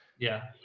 yeah.